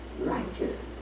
righteous